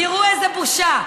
תראו איזו בושה.